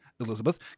Elizabeth